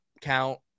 count